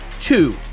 two